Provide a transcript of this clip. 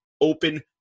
open